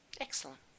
Excellent